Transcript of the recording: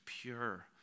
pure